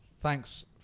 Thanks